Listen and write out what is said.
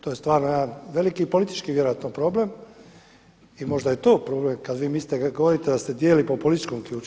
To je stvarno jedan veliki politički vjerojatno problem i možda je to problem kada vi mislite, kada govorite da se dijeli po političkom ključu.